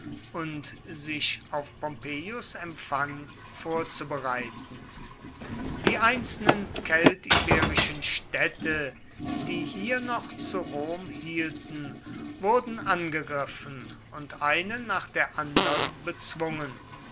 und sich auf pompeius empfang vorzubereiten die einzelnen keltiberischen städte die hier noch zu rom hielten wurden angegriffen und eine nach der andern bezwungen